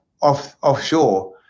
offshore